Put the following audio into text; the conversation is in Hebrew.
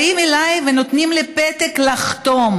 באים אליי ונותנים לי פתק לחתום,